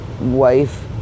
Wife